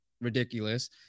ridiculous